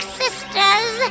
sisters